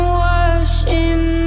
washing